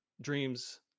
Dreams